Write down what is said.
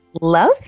Love